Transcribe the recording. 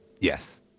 Yes